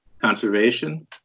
conservation